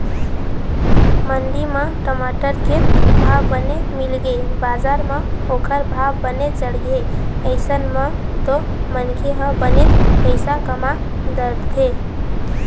मंडी म टमाटर के भाव बने मिलगे बजार म ओखर भाव बने चढ़गे अइसन म तो मनखे ह बनेच पइसा कमा डरथे